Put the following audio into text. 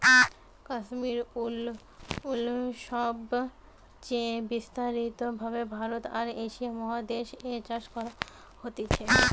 কাশ্মীর উল সবচে বিস্তারিত ভাবে ভারতে আর এশিয়া মহাদেশ এ চাষ করা হতিছে